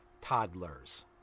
toddlers